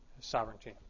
sovereignty